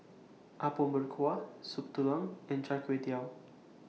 Apom Berkuah Soup Tulang and Char Kway Teow